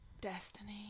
Destiny